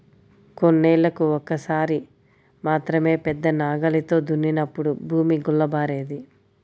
కొన్నేళ్ళకు ఒక్కసారి మాత్రమే పెద్ద నాగలితో దున్నినప్పుడు భూమి గుల్లబారేది